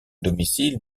domicile